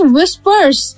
Whispers